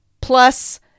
plus